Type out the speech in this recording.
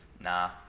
Nah